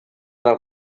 del